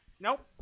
Nope